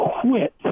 quit